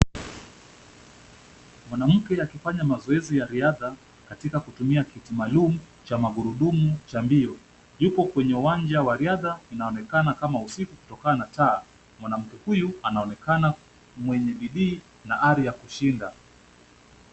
Mwanamke akifanya mazoezi ya riadha katika kutumia kiti maalam cha magurudumu cha mbio yupo kwenye uwanja wa riadha unaonekana kama usiku kutokana na taa. Mwanamke huyu anaonekana mwenye bidii na ari ya kushinda.